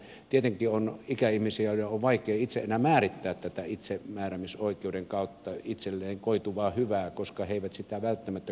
tietenkin on ikäihmisiä joiden on vaikea itse enää määrittää tätä itsemääräämisoikeuden kautta itselleen koituvaa hyvää koska he eivät sitä välttämättä kykene tekemään